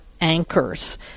anchors